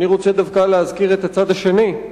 אני רוצה דווקא להזכיר את הצד השני,